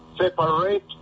separate